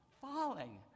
falling